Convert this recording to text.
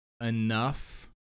enough